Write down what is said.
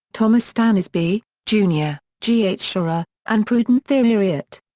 thomas stanesby, jr, g h. scherer, and prudent thieriot.